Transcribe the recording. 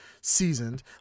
seasoned